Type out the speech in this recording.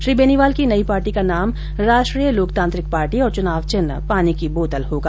श्री बेनीवाल की नई पार्टी का नाम राष्ट्रीय लोकतांत्रिक पार्टी और चुनाव चिन्ह पानी की बोतल होगा